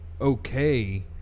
okay